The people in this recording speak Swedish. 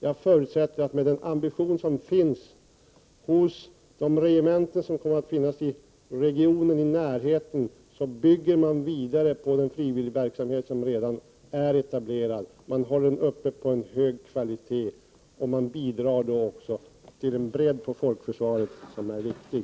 Jag förutsätter att man med den ambition som finns på de regementen som finns i närheten i regionen kommer att bygga vidare på den frivilligverksamhet som redan är etablerad. Man kommer att bibehålla den på en hög kvalitetsnivå. Det kommer att bidra till en bredd på folkförsvaret som är viktig.